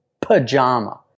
pajama